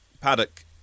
paddock